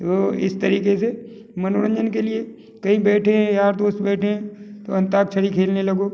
तो इस तरीक़े से मनोरंजन के लिए कहीं बैठे हैं यार दोस्त बैठे हैं तो अंताक्षरी खेलने लगो